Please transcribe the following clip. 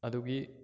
ꯑꯗꯨꯒꯤ